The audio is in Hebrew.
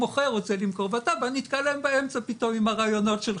המוכר רוצה למכור ואתה נתקע להם באמצע פתאום עם הרעיונות שלך,